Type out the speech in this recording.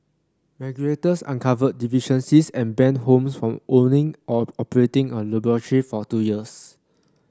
regulators uncovered deficiencies and banned Holmes from owning or operating a laboratory for two years